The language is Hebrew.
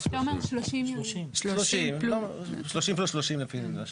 זה שלושים פלוס שלושים .